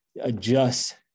adjust